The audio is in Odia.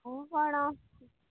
ମୁଁ କ'ଣ